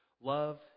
Love